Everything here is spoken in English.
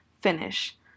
finish